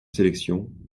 sélection